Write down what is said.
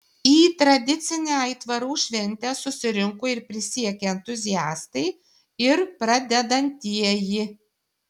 į tradicinę aitvarų šventę susirinko ir prisiekę entuziastai ir pradedantieji